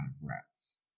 rats